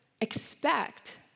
expect